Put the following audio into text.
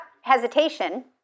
hesitation